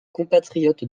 compatriote